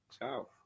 Ciao